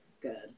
good